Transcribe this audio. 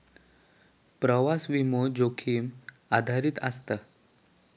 प्रवास विमो, जोखीम आधारित असता